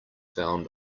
found